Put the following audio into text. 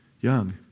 young